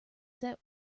that